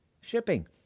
shipping